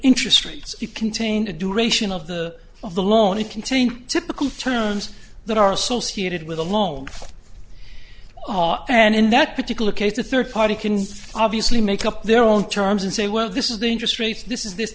interest rates contain a duration of the of the loan it contains typical terms that are associated with a loan and in that particular case the third party can obviously make up their own terms and say well this is the interest rates this is this